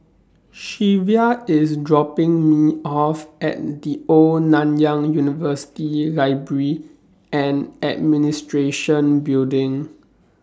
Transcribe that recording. Shea IS dropping Me off At The Old Nanyang University Library and Administration Building